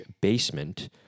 basement